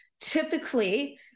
typically